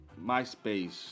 MySpace